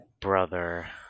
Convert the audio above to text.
brother